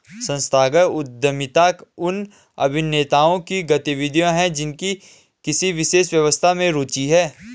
संस्थागत उद्यमिता उन अभिनेताओं की गतिविधियाँ हैं जिनकी किसी विशेष व्यवस्था में रुचि है